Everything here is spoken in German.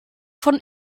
von